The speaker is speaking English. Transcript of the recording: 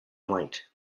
light